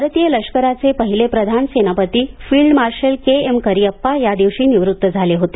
भारतीय लष्कराचे पाहिले प्रधान सेनापती field marshal K M Cariappa या दिवशी निवृत्त झाले होते